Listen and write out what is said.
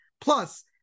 Plus